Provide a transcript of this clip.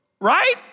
right